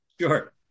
Sure